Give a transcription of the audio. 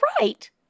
right